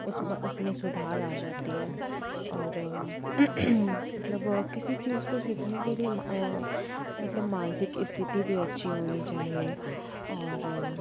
उसमें सुधार आ जाती है और मतलब किसी चीज को सिखाने के लिए मतलब मानसिक स्थिति भी अच्छी होनी चाहिए और